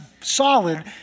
solid